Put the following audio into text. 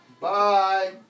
Bye